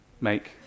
make